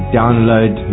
download